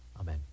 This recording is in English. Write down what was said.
Amen